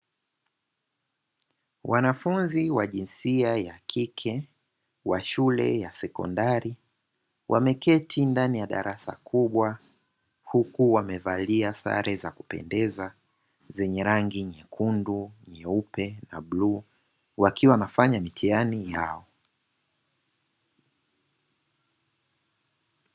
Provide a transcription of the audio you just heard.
Wanafunzi wa jinsia ya kike wa shule ya sekondari, wameketi ndani ya darasa kubwa huku wamevalia sare za kupendeza zenye rangi nyekundu, nyeupe na buluu wakiwa wanafanya mitihani yao.